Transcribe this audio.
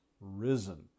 risen